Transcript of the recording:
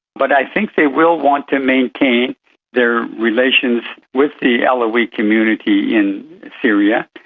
but i think they will want to maintain their relations with the alawite community in syria,